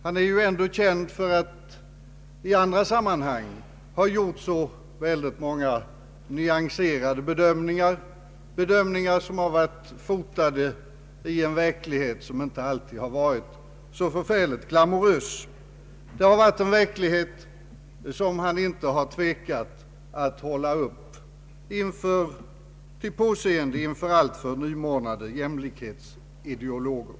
Han är ju ändå känd för att i andra sammanhang ha gjort så många nyanserade bedömningar, fotade i en kanske inte alltid så glamorös verklighet. Det har varit en verklighet som han aldrig har tvekat att hålla upp till påseende för alltför nymornade jämlikhetsideologer.